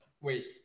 wait